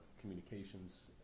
communications